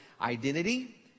identity